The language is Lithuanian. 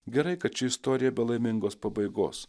gerai kad ši istorija be laimingos pabaigos